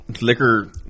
liquor